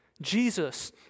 Jesus